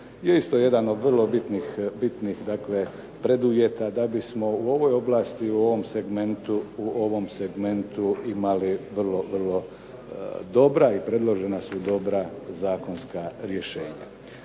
je isto jedan od bitnih preduvjeta da bismo u ovoj oblasti i u ovom segmentu imali vrlo, vrlo dobra i predložena su dobra zakonska rješenja.